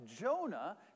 Jonah